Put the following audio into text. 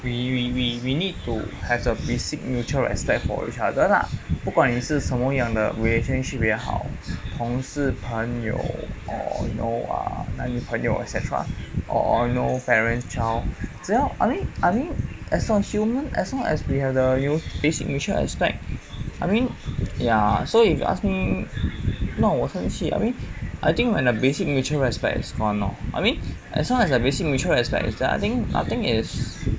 we we we need to have a basic mutual respect for each other lah 不管你是什么样的 relationship 也好同事朋友 or you know err 男女朋友 et cetera or you know parent child 只要 I mean I mean as long as human as long as we have the basic mutual respect I mean ya so if you ask me 弄我生气 I mean I think when a basic mutual respect is gone lor I mean as long as the basic mutual respect is there I think nothing is